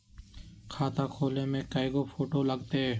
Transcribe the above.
खाता खोले में कइगो फ़ोटो लगतै?